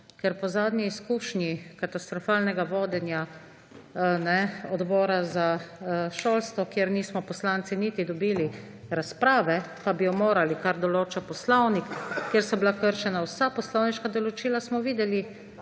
ker po zadnji izkušnji katastrofalnega vodenja odbora za šolstvo, kjer nismo poslanci niti dobili razprave, pa bi jo morali, kar določa poslovnik, kjer so bila kršena vsa poslovniška določila, smo videli,